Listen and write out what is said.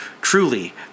Truly